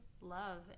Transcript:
love